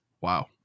Wow